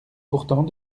pourtant